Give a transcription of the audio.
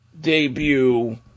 debut